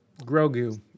Grogu